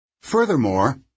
Furthermore